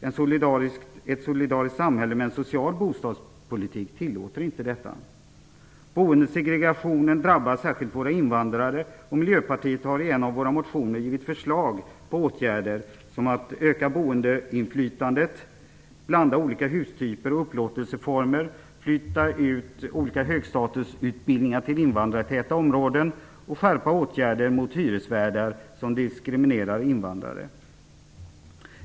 Ett solidariskt samhälle med en social bostadspolitik tillåter inte detta. Boendesegregationen drabbar särskilt våra invandrare. Miljöpartiet har i en av sina motioner givit förslag på åtgärder såsom att öka boendeinflytandet, blanda olika hustyper och upplåtelseformer, flytta olika högstatusutbildningar till invandrartäta områden och skärpa åtgärderna mot hyresvärdar som diskriminerar invandrare.